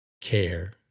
care